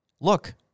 Look